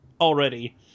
already